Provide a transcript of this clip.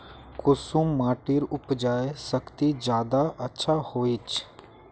कुंसम माटिर उपजाऊ शक्ति ज्यादा अच्छा होचए?